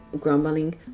grumbling